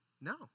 no